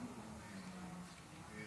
אדוני